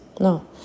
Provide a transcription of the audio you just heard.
no